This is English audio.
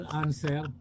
answer